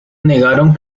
negaron